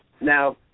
Now